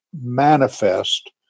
manifest